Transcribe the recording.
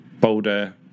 boulder